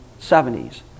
70s